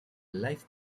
life